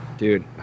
Dude